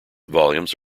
volumes